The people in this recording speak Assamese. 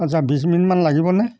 আচ্ছা বিছ মিনিটমান লাগিবনে